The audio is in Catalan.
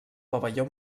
pavelló